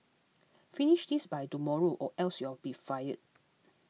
finish this by tomorrow or else you'll be fired